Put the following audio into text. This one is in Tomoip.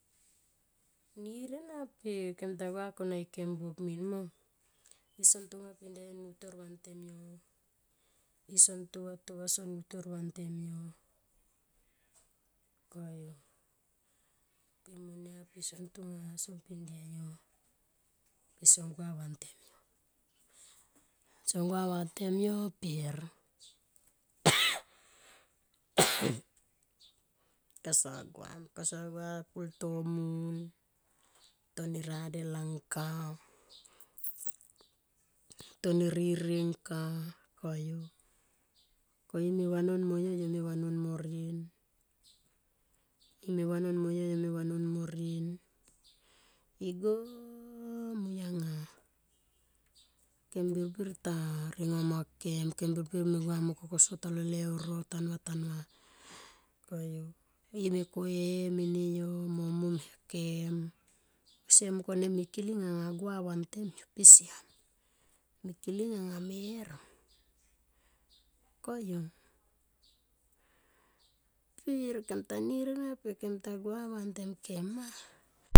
Nir ena pe kem ta gua kona ike buop min ma. Ison tonga pinda yo ni utor vantem yo. Ison to va to va ison utar vantem yo koyu pe mo nia son tonga son pindiu yo pe song gua vantem yo. Song gua vantem yo per ka sa gua kasa gua pulto mun tone redel aug ka to ne ririe ngka ko yu. Ko ime vanon moyo. yo me vanom mo rien. E me vanon moyo. yo me vanon mo rien igo mui anga kem birbir ta ringo ma kem kem bir me gua mo koko so talo leuro ta nuva tanuva koyu. E me ko ene mene yo mo mom a kem. Se mung kone miki ling anga gua vantem yo pe siam mikiling anga mer ma ko yu per kem ta gua vantem kem ma.